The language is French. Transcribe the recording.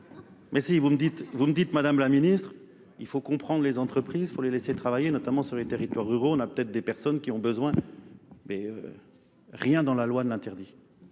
Mais si, vous me dites Madame la Ministre, il faut comprendre les entreprises, il faut les laisser travailler, notamment sur les territoires ruraux, on a peut-être des personnes qui ont besoin, mais rien dans la loi n'interdit.